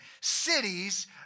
cities